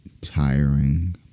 tiring